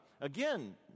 Again